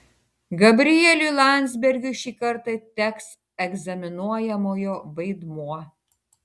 gabrieliui landsbergiui šį kartą teks egzaminuojamojo vaidmuo